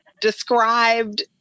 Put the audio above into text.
described